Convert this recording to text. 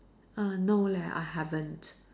err no leh I haven't